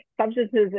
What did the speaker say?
substances